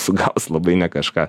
sugavus labai ne kažką